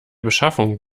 beschaffung